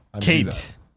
Kate